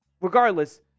regardless